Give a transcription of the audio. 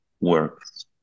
works